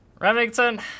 Remington